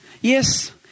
Yes